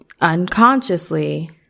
unconsciously